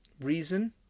reason